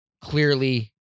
clearly